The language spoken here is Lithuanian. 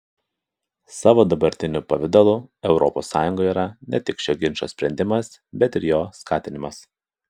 savo dabartiniu pavidalu europos sąjunga yra ne tik šio ginčo sprendimas bet ir jo skatinimas